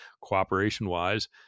cooperation-wise